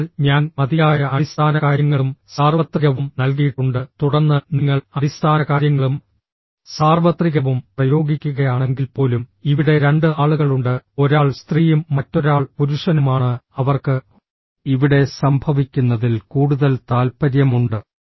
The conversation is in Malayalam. അതിനാൽ ഞാൻ മതിയായ അടിസ്ഥാനകാര്യങ്ങളും സാർവത്രികവും നൽകിയിട്ടുണ്ട് തുടർന്ന് നിങ്ങൾ അടിസ്ഥാനകാര്യങ്ങളും സാർവത്രികവും പ്രയോഗിക്കുകയാണെങ്കിൽപ്പോലും ഇവിടെ രണ്ട് ആളുകളുണ്ട് ഒരാൾ സ്ത്രീയും മറ്റൊരാൾ പുരുഷനുമാണ് അവർക്ക് ഇവിടെ സംഭവിക്കുന്നതിൽ കൂടുതൽ താൽപ്പര്യമുണ്ട്